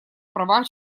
права